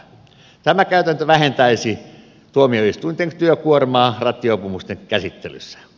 tämä käytäntö vähentäisi tuomioistuinten työkuormaa rattijuopumusten käsittelyssä